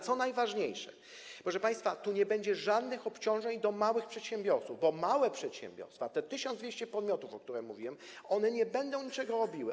Co najważniejsze, proszę państwa, tu nie będzie żadnych obciążeń w przypadku małych przedsiębiorców, bo małe przedsiębiorstwa, chodzi o 1200 podmiotów, o których mówiłem, nie będą niczego robiły.